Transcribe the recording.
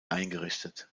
eingerichtet